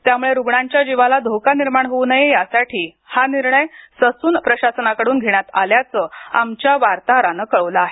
त्यामुळे रुग्णांच्या जीवाला धोका निर्माण होऊ नये यासाठी हा निर्णय ससून प्रशासनाकडून घेण्यात आल्याचं आमच्या वार्ताहरानं कळवलं आहे